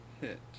hit